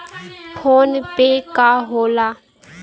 PhonePe का होला?